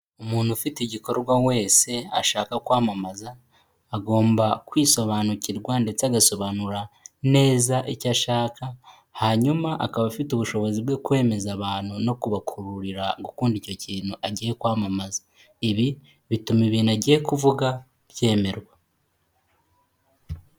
Umuntu ufite igikorwa wese ashaka kwamamaza, agomba kwisobanukirwa ndetse agasobanura neza icyo ashaka, hanyuma akaba afite ubushobozi bwo kwemeza abantu no kubakururira gukunda icyo kintu agiye kwamamaza. Ibi bituma ibintu agiye kuvuga byemerwa.